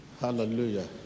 Hallelujah